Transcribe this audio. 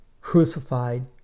crucified